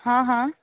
ਹਾਂ ਹਾਂ